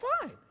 fine